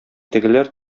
тегеләр